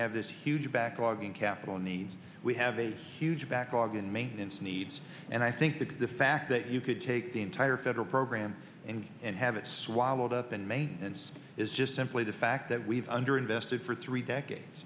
have this huge backlog in capital needs we have a huge backlog and maintenance needs and i think the fact that you could take the entire federal program and and have it swallowed up in maine and is just simply the fact that we've under invested for three decades